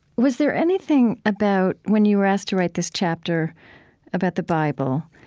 was there anything about when you were asked to write this chapter about the bible,